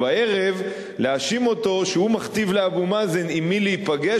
ובערב להאשים אותו שהוא מכתיב לאבו מאזן עם מי להיפגש.